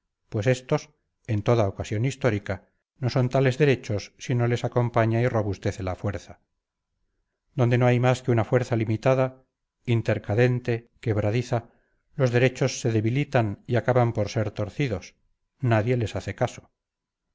pues estos en toda ocasión histórica no son tales derechos si no les acompaña y robustece la fuerza donde no hay más que una fuerza limitada intercadente quebradiza los derechos se debilitan y acaban por ser torcidos nadie les hace caso